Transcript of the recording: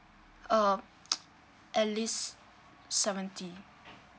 uh at least seventy